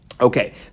Okay